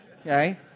Okay